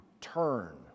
turn